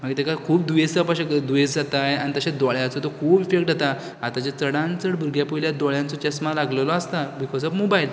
मागीर तेका खूब दुयेसां भशेन दुयेंस जाता आनी तशेंच दोळ्याचो तर खूब इफेक्ट जाता आताचे चडान चड भुरगे पयल्यार दोळ्याचो चश्मा लागलेलो आसता बिकाॅज ऑफ मोबायल